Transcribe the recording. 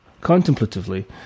Contemplatively